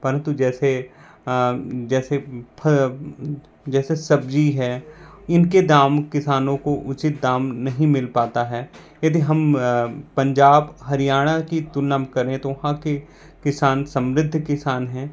परंतू जैसे जैसे फ जैसे सब्ज़ी है इनके दाम किसानों को उचित दाम नहीं मिल पाता है यदि हम पंजाब हरियाणा की तुलना करें तो वहाँ के किसान समृद्ध किसान हैं